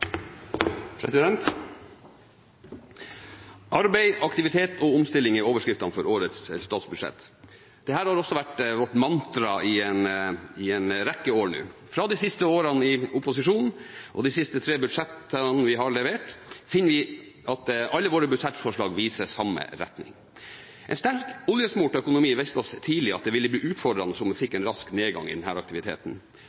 rekke år nå. Fra de siste årene i opposisjon og til de siste tre budsjettene vi har levert, finner vi at alle våre budsjettforslag viser samme retning. En sterk, oljesmurt økonomi viste oss tidlig at det ville bli utfordrende om vi fikk en rask nedgang i denne aktiviteten. Vårt næringslivs evne til å konkurrere på den